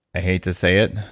hate to say it,